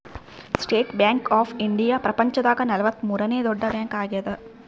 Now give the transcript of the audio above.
state Bank of India ಪ್ರಪಂಚ ದಾಗ ನಲವತ್ತ ಮೂರನೆ ದೊಡ್ಡ ಬ್ಯಾಂಕ್ ಆಗ್ಯಾದ